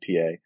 PA